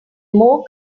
more